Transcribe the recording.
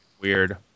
weird